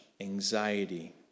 anxiety